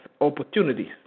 opportunities